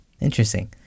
Interesting